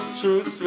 truth